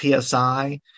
PSI